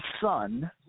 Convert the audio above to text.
son